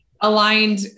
aligned